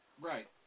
Right